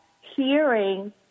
hearing